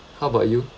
how about you